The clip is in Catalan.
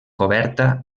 coberta